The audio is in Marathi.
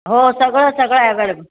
हो सगळं सगळं ॲवेलेबल